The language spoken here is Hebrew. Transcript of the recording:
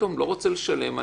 אני לא רוצה לשלם.